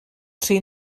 tri